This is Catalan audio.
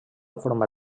forma